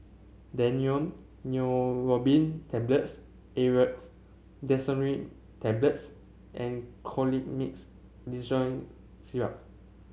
Daneuron Neurobion Tablets Aerius DesloratadineTablets and Colimix Dicyclomine Syrup